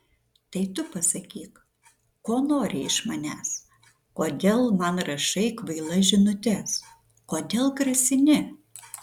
tai tu pasakyk ko nori iš manęs kodėl man rašai kvailas žinutes kodėl grasini